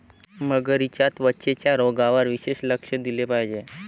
मगरींच्या त्वचेच्या रोगांवर विशेष लक्ष दिले पाहिजे